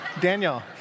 Daniel